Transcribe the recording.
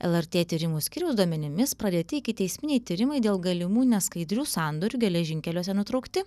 lrt tyrimų skyriaus duomenimis pradėti ikiteisminiai tyrimai dėl galimų neskaidrių sandorių geležinkeliuose nutraukti